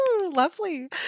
lovely